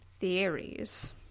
theories